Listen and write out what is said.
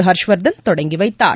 ஹர்ஷ்வர்தன் தொடங்கி வைத்தார்